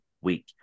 week